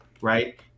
right